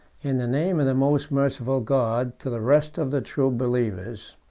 in the name of the most merciful god, to the rest of the true believers.